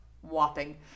Whopping